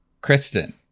Kristen